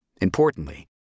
Importantly